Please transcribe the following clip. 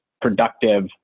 productive